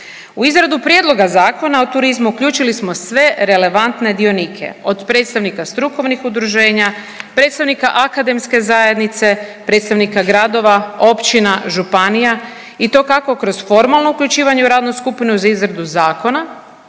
U izradu Prijedloga zakona o turizmu uključili smo sve relevantne dionike od predstavnika strukovnih udruženja, predstavnika akademske zajednice, predstavnike gradova, općina, županija i to kako kroz formalno uključivanje u radnu skupinu za izradu zakona,